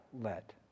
let